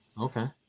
Okay